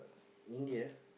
India